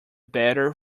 better